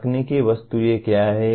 तकनीकी वस्तुएं क्या हैं